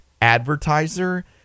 advertiser